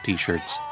T-shirts